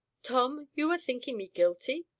tom, you are thinking me guilty?